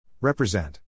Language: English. Represent